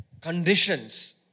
conditions